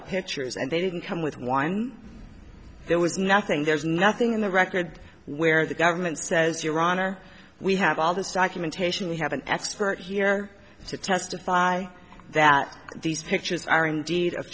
of pictures and they didn't come with one there was nothing there's nothing in the record where the government says your honor we have all this documentation we have an expert here to testify that these pictures are indeed